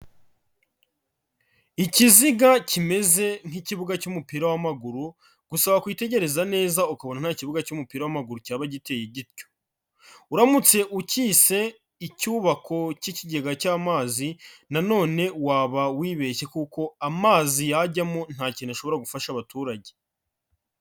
Ikiziga kimeze nk'ikibuga cy'umupira w'amaguru, gusa wakwitegereza neza ukabona nta kibuga cy'umupira w'amaguru cyaba giteye gityo, uramutse ukiyise icyubako k'ikigega cy'amazi nanone waba wibeshye kuko amazi yajyamo nta kintu ashobora gufasha abaturage.